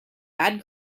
bad